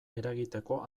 eragiteko